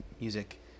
music